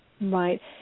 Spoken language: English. Right